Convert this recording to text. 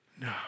No